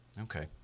Okay